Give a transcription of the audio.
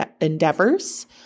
endeavors